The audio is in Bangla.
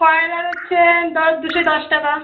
ব্রয়লার হচ্ছে ধরো দুশো দশ টাকা